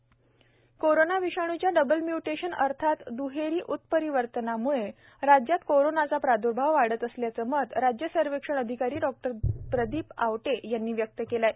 double mutation corona विषाण्च्या double mutation अर्थात दुहेरी उत्परिवर्तनामुळे राज्यात कोरोनाचा प्राद्र्भाव वाढत असल्याचं मत राज्य सर्वेक्षण अधिकारी डॉ प्रदिप आवटे यांनी व्यक्त केलं आहे